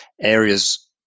areas